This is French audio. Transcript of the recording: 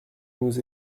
nous